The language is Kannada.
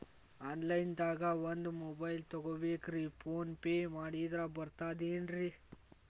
ಆನ್ಲೈನ್ ದಾಗ ಒಂದ್ ಮೊಬೈಲ್ ತಗೋಬೇಕ್ರಿ ಫೋನ್ ಪೇ ಮಾಡಿದ್ರ ಬರ್ತಾದೇನ್ರಿ?